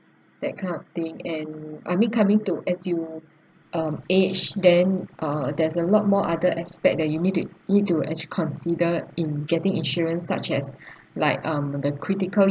that kind of thing and I mean coming to as you um age then uh there's a lot more other aspect that you need to need to actually consider in getting insurance such as like um the critical